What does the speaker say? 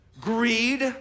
greed